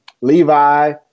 Levi